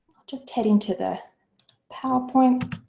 just heading to the power point.